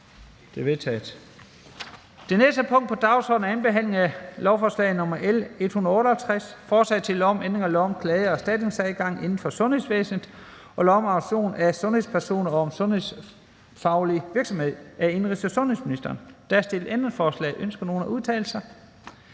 Det er vedtaget. --- Det næste punkt på dagsordenen er: 27) 2. behandling af lovforslag nr. L 158: Forslag til lov om ændring af lov om klage- og erstatningsadgang inden for sundhedsvæsenet og lov om autorisation af sundhedspersoner og om sundhedsfaglig virksomhed. (Ændring af patientklagesystemet, mulighed for sekretariatsafgørelser